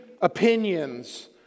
opinions